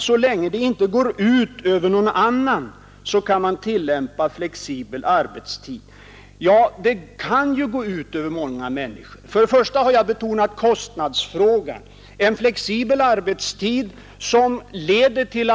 Så länge det inte går ut över någon annan, kan man dock tillämpa flexibel arbetstid, ansåg herr Ahlmark. Men, herr Ahlmark, flextid kan faktiskt leda till försämringar för många människor. Jag vill emellertid först ytterligare betona kostnads frågan.